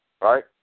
right